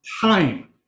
time